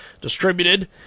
Distributed